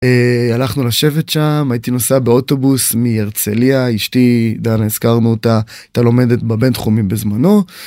הלכנו לשבת שם הייתי נוסע באוטובוס מהרצליה אשתי דנה הזכרנו אותה הייתה לומדת בבין תחומי בזמנו.